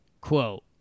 quote